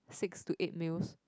six to eight meals